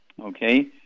okay